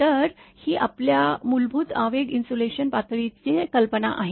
तर ही आपल्या मूलभूत आवेग इन्सुलेशन पातळीचे कल्पना आहे